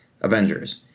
Avengers